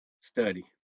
study